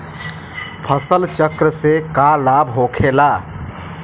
फसल चक्र से का लाभ होखेला?